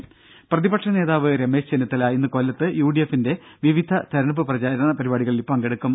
രും പ്രതിപക്ഷ നേതാവ് രമേശ് ചെന്നിത്തല ഇന്ന് കൊല്ലത്ത് യു ഡി എഫ് ന്റെ വിവിധ തെരഞ്ഞെടുപ്പ് പ്രചാരണ പരിപാടികളിൽ പങ്കെടുക്കും